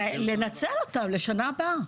לנצל אותה לשנה הבאה.